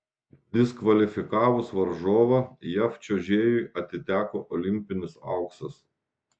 diskvalifikavus varžovą jav čiuožėjui atiteko olimpinis auksas